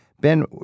Ben